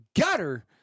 gutter